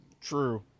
True